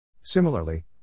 Similarly